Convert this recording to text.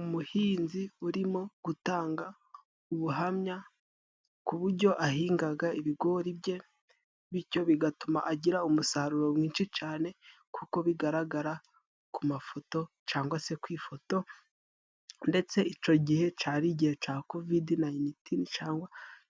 Umuhinzi urimo gutanga ubuhamya ku bujyo ahingaga ibigori bye bicyo bigatuma agira umusaruro mwinshi cane kuko bigaragara ku mafoto cangwa se ku ifoto ndetse ico gihe cari igihe ca kovide nayinitini cangwa